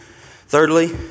Thirdly